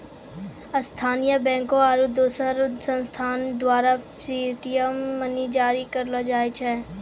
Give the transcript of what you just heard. स्थानीय बैंकों आरू दोसर संस्थान द्वारा फिएट मनी जारी करलो जाय छै